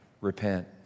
repent